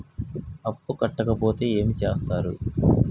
అప్పు కట్టకపోతే ఏమి చేత్తరు?